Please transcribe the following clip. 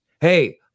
Hey